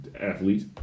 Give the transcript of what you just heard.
athletes